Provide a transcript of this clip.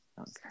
Okay